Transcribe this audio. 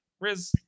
Riz